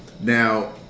Now